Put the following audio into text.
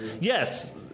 Yes